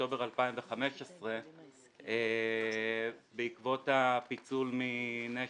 באוקטובר 2015 בעקבות הפיצול מ"נשר",